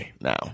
now